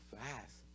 fast